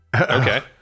Okay